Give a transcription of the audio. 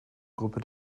gruppe